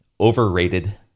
overrated